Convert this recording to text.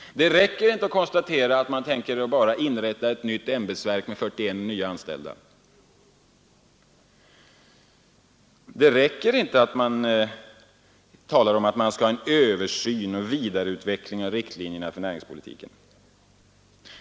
Det räcker inte att man tänker inrätta ett nytt ämbetsverk och 41 nya anställda och att tala om att man skall ha en ”översyn och vidareutveckling av riktlinjerna för näringspolitiken”.